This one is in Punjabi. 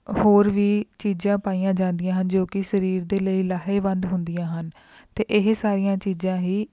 ਹੋਰ ਵੀ ਚੀਜ਼ਾਂ ਪਾਈਆਂ ਜਾਂਦੀਆਂ ਹਨ ਜੋ ਕਿ ਸਰੀਰ ਦੇ ਲਈ ਲਾਹੇਵੰਦ ਹੁੰਦੀਆਂ ਹਨ ਅਤੇ ਇਹ ਸਾਰੀਆਂ ਚੀਜ਼ਾਂ ਹੀ